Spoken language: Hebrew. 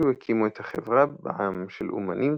אלו הקימו את "החברה בע"מ של אומנים,